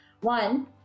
One